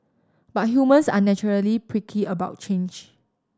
but humans are naturally prickly about change